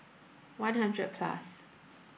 one hundred plus